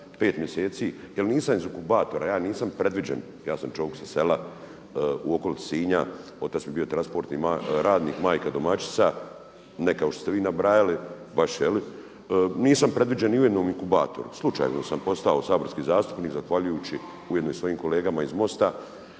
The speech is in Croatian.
5 mjeseci, ja nisam iz inkubatora, ja nisam predviđen ja sam čovjek sa sela u okolici Sinja, otac mi je bio transportni radnik, majka domaćica, ne kao što ste vi nabrajali. Nisam predviđen ni u jednom inkubatoru, slučajno sam postao saborski zastupnik zahvaljujući ujedno i svojim kolegama iz MOST-a.